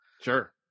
Sure